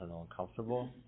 uncomfortable